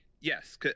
Yes